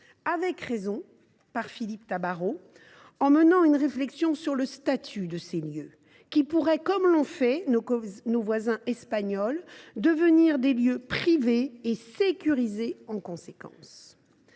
avec raison, par Philippe Tabarot, en menant une réflexion sur le statut de ces lieux, qui pourraient, comme cela a été fait en Espagne, devenir des lieux privés et sécurisés en conséquence.